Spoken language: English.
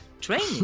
training